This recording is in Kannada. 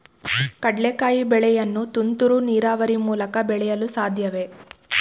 ಕಡ್ಲೆಕಾಯಿ ಬೆಳೆಯನ್ನು ತುಂತುರು ನೀರಾವರಿ ಮೂಲಕ ಬೆಳೆಯಲು ಸಾಧ್ಯವೇ?